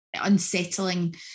unsettling